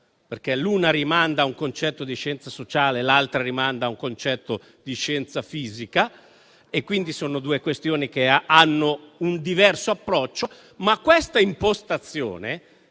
perché l'una rimanda a un concetto di scienza sociale e l'altra rimanda a un concetto di scienza fisica e, quindi, sono due questioni che hanno un diverso approccio. Questa impostazione